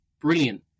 brilliant